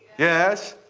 yes.